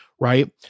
right